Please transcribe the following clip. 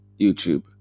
YouTube